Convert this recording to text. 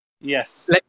Yes